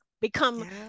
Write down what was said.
become